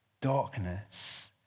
darkness